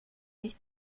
nicht